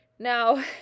Now